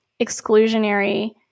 exclusionary